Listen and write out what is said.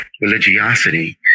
religiosity